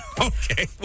Okay